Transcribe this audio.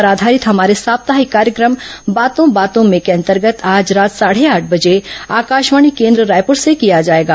पर आधारित हमारे साप्ताहिक कार्यक्रम बातों बातों में के अंतर्गत आज रात साढ़े आठ बजे आकाशवाणी केन्द्र रायपुर से किया जाएगा